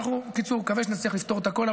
בקיצור, נקווה שנצליח לפתור את הכול.